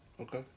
Okay